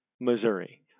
Missouri